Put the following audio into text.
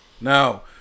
Now